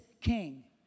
king